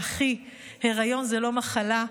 והכי: היריון זה לא מחלה,